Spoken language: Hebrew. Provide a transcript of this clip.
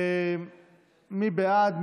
מי בעד?